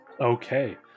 Okay